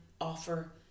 offer